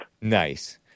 Nice